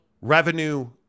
revenue